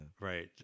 Right